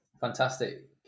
Fantastic